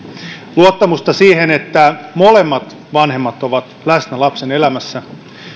luottamusta siihen että molemmat vanhemmat ovat läsnä lapsen elämässä